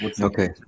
Okay